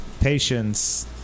patience